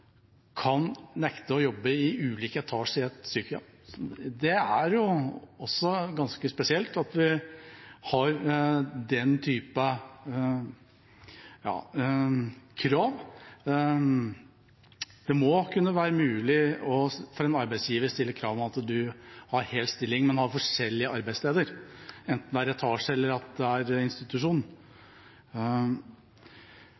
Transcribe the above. kan nekte å jobbe i ulike etasjer i et sykehjem. Det er ganske spesielt at det kan stilles den slags krav. Det må kunne være mulig for en arbeidsgiver å stille krav om at en har hel stilling, men forskjellige arbeidssteder, enten det er